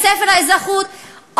בספר האזרחות,